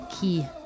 key